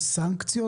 יש סנקציות?